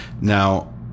Now